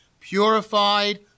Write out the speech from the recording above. purified